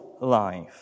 life